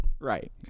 Right